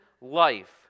life